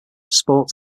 sports